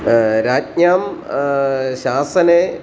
राज्ञां शासने